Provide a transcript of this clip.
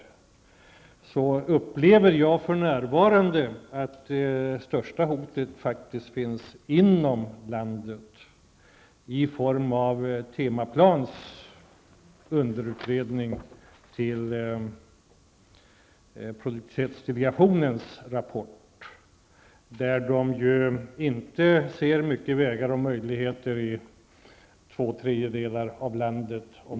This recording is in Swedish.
Jag upplever för närvarande att det största hotet finns inom landet i form av Temaplans underutredning som gjordes till produktivitetsdelegationens rapport. Fritt översatt ser man enligt denna underutredning inte särskilt stora möjligheter i två tredjedelar av landet.